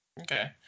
Okay